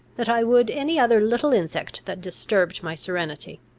that i would any other little insect that disturbed my serenity.